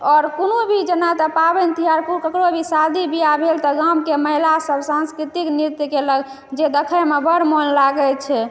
आओर कोनो भी जेना एतय पाबनि तिहार ककरो भी शादी बियाह भेल तऽ गामके महिलासभ सांस्कृतिक नृत्य केलक जे देखयमे बड्ड मन लागैत छै